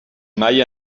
mai